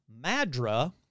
Madra